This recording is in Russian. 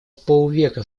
полвека